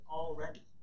already